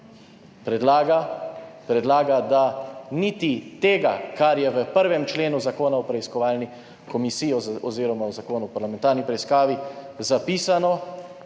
predlaga, da niti tega, kar je v 1. členu Zakona o preiskovalni komisiji oziroma v Zakonu o parlamentarni preiskavi zapisano,